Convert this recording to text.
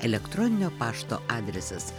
elektroninio pašto adresas